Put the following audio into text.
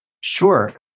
Sure